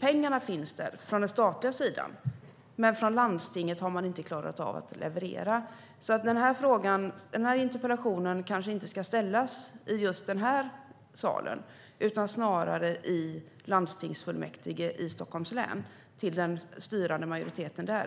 Pengarna finns där alltså, från den statliga sidan. Men landstinget har inte klarat av att leverera. Den här interpellationen ska kanske inte ställas i just den här salen utan snarare till den styrande majoriteten i landstingsfullmäktige i Stockholms län där.